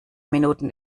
minuten